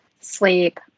sleep